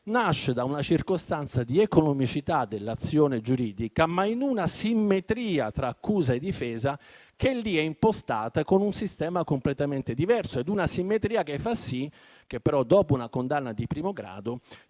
nasce da una circostanza di economicità dell'azione giuridica, ma in una simmetria tra accusa e difesa che lì è impostata con un sistema completamente diverso. È una simmetria che fa sì che, però, dopo una condanna di primo grado,